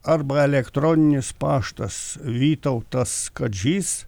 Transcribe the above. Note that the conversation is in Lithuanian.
arba elektroninis paštas vytautas kadžys